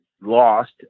lost